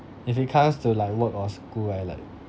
if it comes to like work or school I like